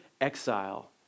exile